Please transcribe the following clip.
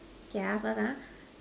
K ah last one ah